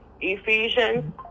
Ephesians